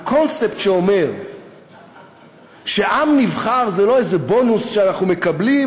הקונספט שאומר שעם נבחר זה לא איזה בונוס שאנחנו מקבלים,